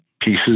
pieces